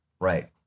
Right